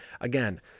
again